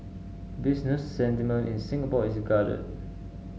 business sentiment in Singapore is guarded